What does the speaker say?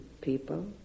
people